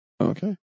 Okay